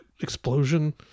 explosion